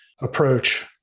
approach